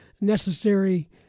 necessary